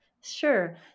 Sure